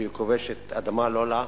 שהיא כובשת אדמה לא לה,